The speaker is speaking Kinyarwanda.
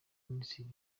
minisitiri